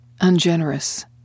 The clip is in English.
ungenerous